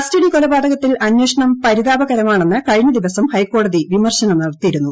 custody കൊലപാതകത്തിൽ അന്വേഷണം പരിതാപകരമാണെന്ന് കഴിഞ്ഞ ദിവസം ഹൈക്കോടതി വിമർശനം നടത്തിയിരുന്നു